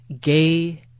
gay